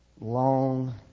long